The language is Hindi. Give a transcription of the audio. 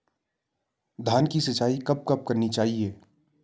धान की सिंचाईं कब कब करनी चाहिये?